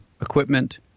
equipment